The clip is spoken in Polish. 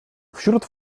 wśród